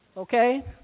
Okay